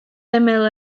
ymyl